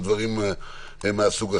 או דברים מסוג אחר.